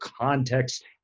context